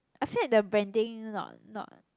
I feel that their branding not not